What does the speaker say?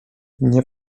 nie